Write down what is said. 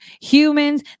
humans